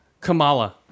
Kamala